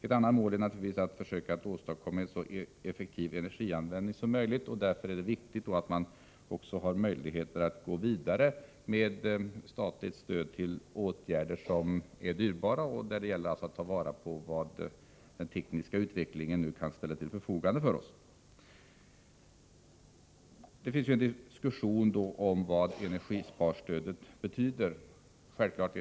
Ett annat mål är att försöka åstadkomma en så effektiv energianvändning som möjligt, och därför är det viktigt att det finns möjligheter att gå vidare med statligt stöd till åtgärder som är dyrbara, när det gäller att ta vara på det som kan ställas till vårt förfogande genom den tekniska utvecklingen. Det pågår en diskussion om vad energisparstödet betyder.